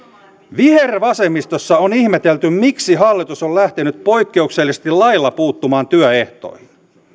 vihervasemmistossa on ihmetelty miksi hallitus on lähtenyt poikkeuksellisesti lailla puuttumaan työehtoihin